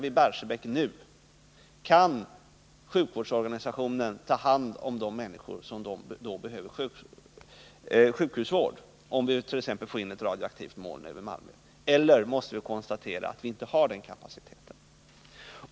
i så fall behöver sjukhusvård, t.ex. om vi får in ett radioaktivt moln över Malmö? Eller måste vi konstatera att vi inte har den kapaciteten?